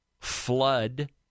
flood